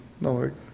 Lord